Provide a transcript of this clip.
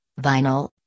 vinyl